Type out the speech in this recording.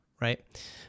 Right